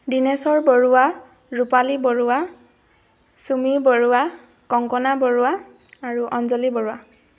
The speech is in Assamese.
দীনেশ্বৰ বৰুৱা ৰূপালী বৰুৱা চুমি বৰুৱা কংকনা বৰুৱা আৰু অঞ্জলি বৰুৱা